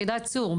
מיחידת צור,